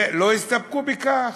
ולא הסתפקו בכך,